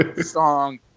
song